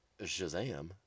Shazam